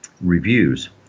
reviews